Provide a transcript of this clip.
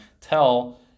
Tell